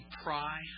pry